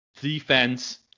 defense